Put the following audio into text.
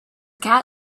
cat